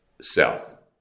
south